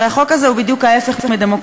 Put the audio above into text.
הרי החוק הזה הוא ההפך מדמוקרטיה,